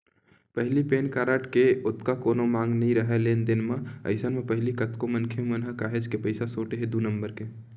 पहिली PAN card के ओतका कोनो मांग नइ राहय लेन देन म, अइसन म पहिली कतको मनखे मन ह काहेच के पइसा सोटे हे दू नंबर के